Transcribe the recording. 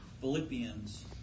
Philippians